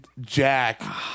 Jack